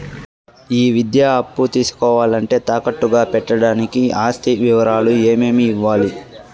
ఈ విద్యా అప్పు తీసుకోవాలంటే తాకట్టు గా పెట్టడానికి ఆస్తి వివరాలు ఏమేమి ఇవ్వాలి?